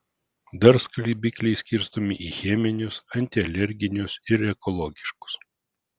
dar skalbikliai skirstomi į cheminius antialerginius ir ekologiškus